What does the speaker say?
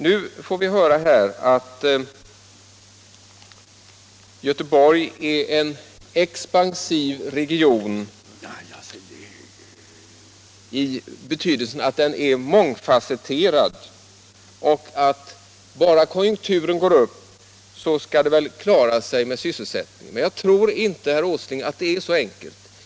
Vi får nu höra att Göteborg är en expansiv region, i betydelsen att den är mångfasetterad, och att om bara konjunkturen går upp så skall det väl klara sig med sysselsättningen. Men jag tror inte, herr Åsling, att det är så enkelt.